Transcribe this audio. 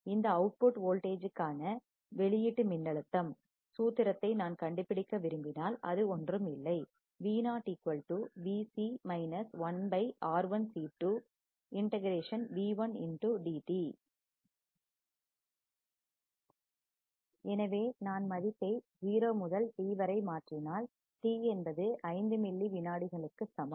இந்த output voltage கான வெளியீட்டு மின்னழுத்தம் சூத்திரத்தை நான் கண்டுபிடிக்க விரும்பினால் அது ஒன்றும் இல்லை எனவே நான் மதிப்பை 0 முதல் t வரை மாற்றினால் t என்பது 5 மில்லி வினாடிகளுக்கு சமம்